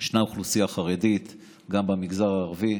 ויש אוכלוסייה חרדית וגם במגזר הערבי,